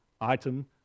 item